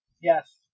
Yes